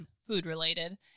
food-related